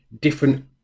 different